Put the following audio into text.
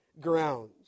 grounds